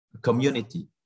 community